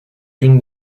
une